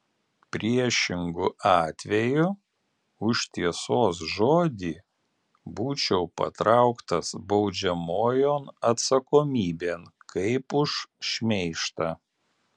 priešingu atveju už tiesos žodį būčiau patrauktas baudžiamojon atsakomybėn kaip už šmeižtą